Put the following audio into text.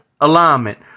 alignment